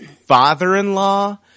father-in-law